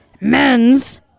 men's